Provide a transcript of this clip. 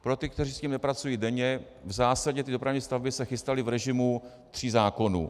Pro ty, kteří s tím nepracují denně, v zásadě ty dopravní stavby se chystaly v režimu tří zákonů.